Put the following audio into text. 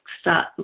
start